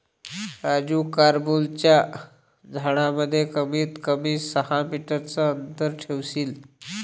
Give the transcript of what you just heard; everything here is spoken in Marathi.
राजू कारंबोलाच्या झाडांमध्ये कमीत कमी सहा मीटर चा अंतर ठेवशील